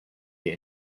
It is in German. wir